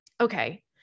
okay